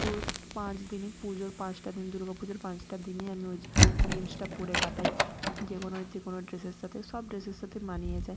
পুরো পাঁচ দিনই পুজোর পাঁচটা দিন দুর্গা পুজোর পাঁচটা দিনই আমি ওই জিন্সটা পরে কাটাই যে কোনো যে কোনো ড্রেসের সাথে সব ড্রেসের সাথে মানিয়ে যায়